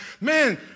man